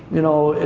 you know,